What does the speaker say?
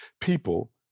people